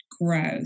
growth